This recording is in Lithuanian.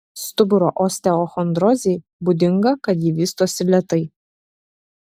stuburo osteochondrozei būdinga kad ji vystosi lėtai